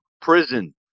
prison